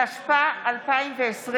התשפ"א 2020,